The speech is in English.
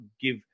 give